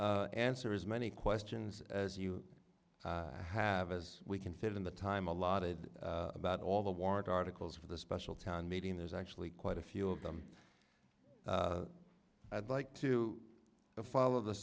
to answer as many questions as you have as we can fill in the time allotted about all the warrant articles for the special town meeting there's actually quite a few of them i'd like to follow the